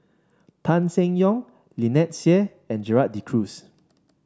Tan Seng Yong Lynnette Seah and Gerald De Cruz